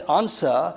answer